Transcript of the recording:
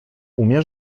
umie